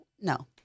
no